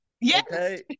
Yes